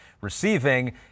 receiving